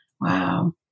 wow